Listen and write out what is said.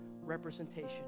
representation